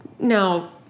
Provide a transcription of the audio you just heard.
Now